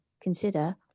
consider